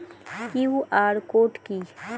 QR code কি?